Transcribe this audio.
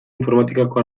informatikako